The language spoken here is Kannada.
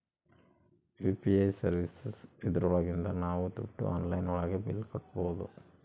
ಯು.ಪಿ.ಐ ಸರ್ವೀಸಸ್ ಇದ್ರೊಳಗಿಂದ ನಾವ್ ದುಡ್ಡು ಆನ್ಲೈನ್ ಒಳಗ ಬಿಲ್ ಕಟ್ಬೋದೂ